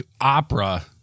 opera